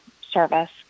service